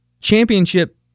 championship